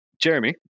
Jeremy